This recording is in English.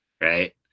right